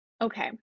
Okay